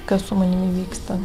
kas su manimi vyksta